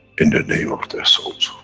in the name of their souls,